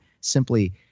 simply